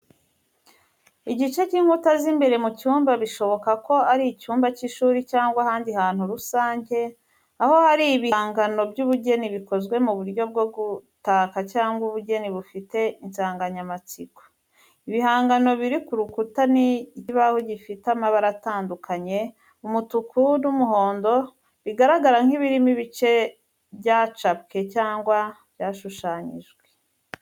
Igice cy’inkuta z’imbere mu cyumba bishoboka ko ari icyumba cy’ishuri cyangwa ahandi hantu rusange, aho hari ibihangano by’ubugeni bikozwe mu buryo bwo gutaka cyangwa ubugeni bufite insanganyamatsiko. Ibihangano biri ku rukuta ni ikibaho gifite amabara atandukanye, umutuku, n’umuhondo, bigaragara nk’ibirimo ibice byacapwe cyangwa byashushanyijwe.